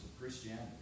Christianity